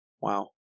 wow